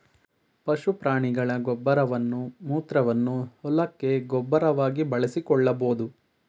ಪಶು ಪ್ರಾಣಿಗಳ ಗೊಬ್ಬರವನ್ನು ಮೂತ್ರವನ್ನು ಹೊಲಕ್ಕೆ ಗೊಬ್ಬರವಾಗಿ ಬಳಸಿಕೊಳ್ಳಬೋದು